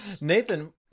nathan